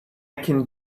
can